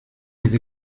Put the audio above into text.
les